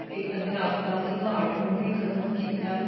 ਅਤੇ ਅਧਿਆਪਕਾਂ ਦੀ ਘਾਟ ਨੂੰ ਵੀ ਖਤਮ ਕੀਤਾ ਹੈ